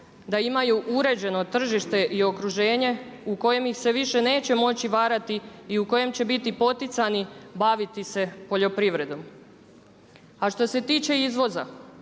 da imaju uređeno tržište i okruženje u kojem ih se više neće moći varati i u kojem će biti poticani baviti se poljoprivredom. A što se tiče izvoza